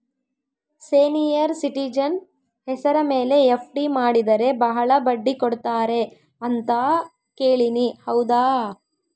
Senior citizen ಹೆಸರ ಮೇಲೆ FD ಮಾಡಿದರೆ ಬಹಳ ಬಡ್ಡಿ ಕೊಡ್ತಾರೆ ಅಂತಾ ಕೇಳಿನಿ ಹೌದಾ?